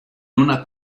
una